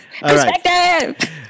Perspective